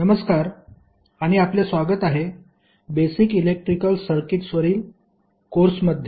नमस्कार आणि आपले स्वागत आहे बेसिक इलेक्ट्रिकल सर्किट्सवरील कोर्समध्ये